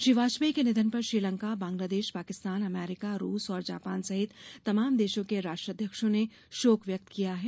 श्री वाजपेयी के निधन पर श्रीलंका बांग्लादेश पाकिस्तान अमेरीका रूस और जापान सहित तमाम देशों के राष्ट्रध्यक्षों ने शोक व्यक्त किया है